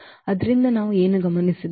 ಆದ್ದರಿಂದ ನಾವು ಏನು ಗಮನಿಸಿದ್ದೇವೆ